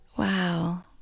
Wow